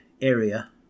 area